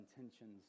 intentions